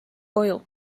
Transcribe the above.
koju